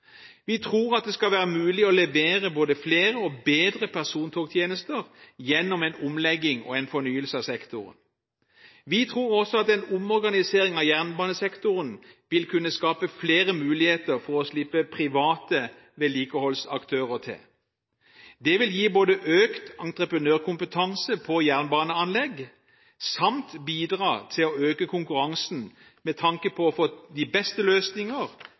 Vi tror at det skal være mulig å levere både flere og bedre persontogtjenester gjennom en omlegging og en fornyelse av sektoren. Vi tror også at en omorganisering av jernbanesektoren vil kunne skape flere muligheter for å slippe til private vedlikeholdsaktører. Det vil gi både økt entreprenørkompetanse på jernbaneanlegg samt bidra til å øke konkurransen med tanke på å få de beste løsninger